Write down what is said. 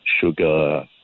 sugar